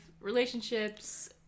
relationships